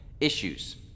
issues